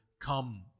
come